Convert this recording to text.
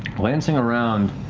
glancing around,